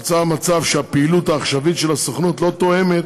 נוצר מצב שהפעילות העכשווית של הסוכנות לא תואמת,